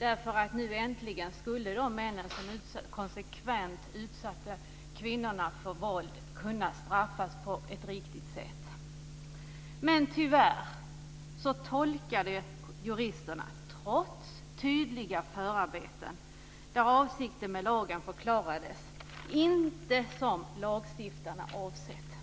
Nu skulle äntligen de män som konsekvent utsatte kvinnorna för våld kunna straffas på ett riktigt sätt. Tyvärr tolkade juristerna, trots tydliga förarbeten där avsikten med lagen förklarades, inte som lagstiftarna avsett.